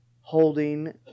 holding